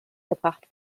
gebracht